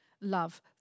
love